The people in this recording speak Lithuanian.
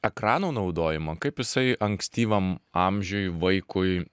ekranų naudojimą kaip jisai ankstyvam amžiuj vaikui